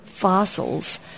fossils